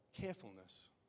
carefulness